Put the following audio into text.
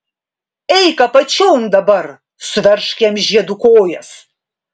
eik apačion dabar suveržk jam žiedu kojas